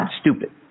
stupid